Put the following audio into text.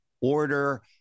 order